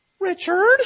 Richard